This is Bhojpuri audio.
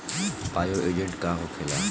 बायो एजेंट का होखेला?